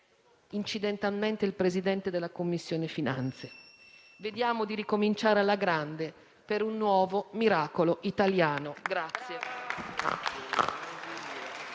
incidentalmente il Presidente della 6a Commissione. Vediamo di ricominciare alla grande, per un nuovo miracolo italiano.